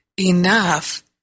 enough